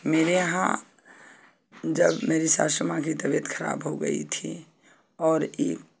मेरे यहाँ जब मेरी सासु माँ की तबियत खराब हो गई थी और ई